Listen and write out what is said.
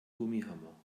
gummihammer